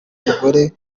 umugore